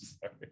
sorry